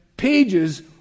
pages